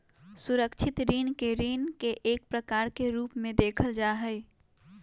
सुरक्षित ऋण के ऋण के एक प्रकार के रूप में देखल जा हई